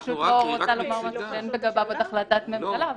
אני פשוט לא רוצה לומר משהו שאין לגביו עוד החלטת ממשלה.